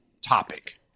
topic